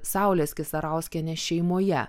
saulės kisarauskienės šeimoje